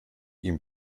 ihm